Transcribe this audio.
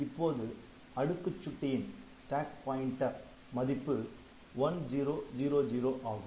இப்போது அடுக்குச் சுட்டியின் மதிப்பு 1000 ஆகும்